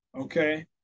okay